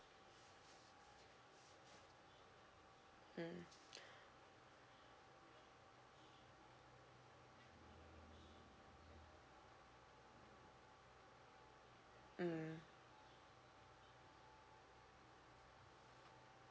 mm mm